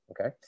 okay